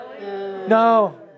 No